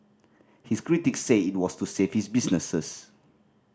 his critics say it was to save his businesses